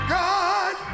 god